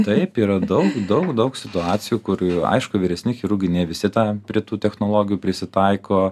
taip yra daug daug daug situacijų kur ir aišku vyresni chirurgai ne visi tą prie tų technologijų prisitaiko